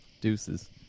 Deuces